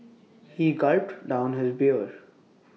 he gulped down his beer